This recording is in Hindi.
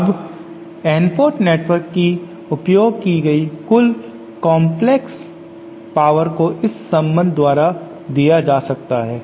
अब N पोर्ट नेटवर्क की उपयोग की गई कुल काम्प्लेक्स पावर को इस संबंध द्वारा दिया जा सकता है